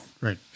Right